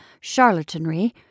charlatanry